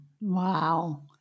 Wow